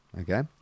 Okay